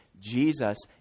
Jesus